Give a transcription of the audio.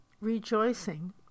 rejoicing